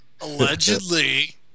Allegedly